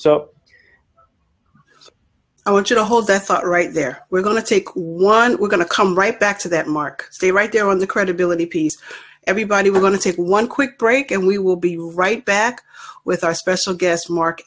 so i want you to hold that thought right there we're going to take one we're going to come right back to that mark stay right there on the credibility piece everybody we're going to take one quick break and we will be right back with our special guest mark